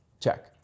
Check